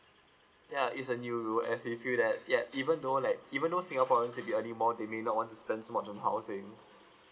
ya it's a new rule as we feel that yup even though like even though singaporeans will be a little more dominant on they spend so much on housing